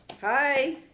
Hi